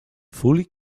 fully